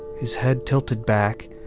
his head tilted back,